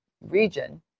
region